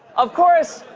of course,